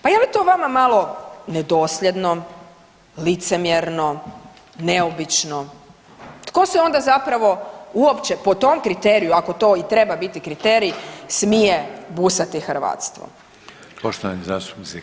Pa je li to vama malo nedosljedno, licemjerno, neobično, tko se onda zapravo uopće po tom kriteriju ako to i treba biti kriterij smije busati hrvatstvom?